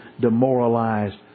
demoralized